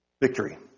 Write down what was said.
victory